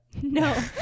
No